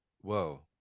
Whoa